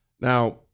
Now